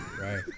Right